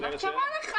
לכן,